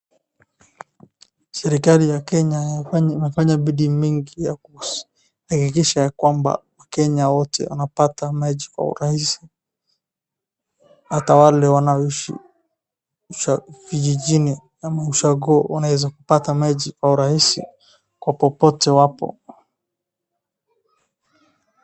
Serikali ya Kenya imefanya bidii mingi ya kuhakikisha ya kwamba wakenya wote wanapata maji kwa urahisi, hata wale wanaoishi, vijijini au [ushago] unaweza kupata maji kwa urahisi popote wapo.